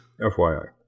FYI